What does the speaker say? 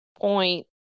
point